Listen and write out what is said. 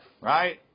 Right